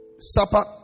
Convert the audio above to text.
supper